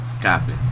Copy